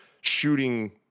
shooting